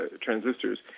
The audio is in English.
transistors